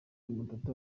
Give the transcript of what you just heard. matata